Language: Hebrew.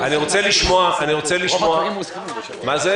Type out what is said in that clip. נראה לי